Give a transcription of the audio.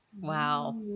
Wow